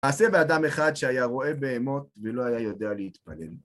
מעשה באדם אחד שהיה רועה בהמות ולא היה יודע להתפלל.